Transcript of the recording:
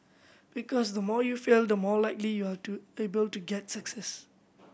because the more you fail the more likely you are to able to get success